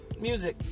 Music